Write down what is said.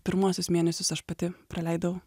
pirmuosius mėnesius aš pati praleidau